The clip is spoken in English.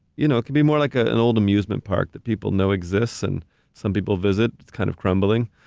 you know, it could be more like ah an old amusement park that people know exists and some people visit, it's kind of crumbling,